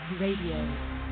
Radio